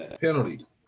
penalties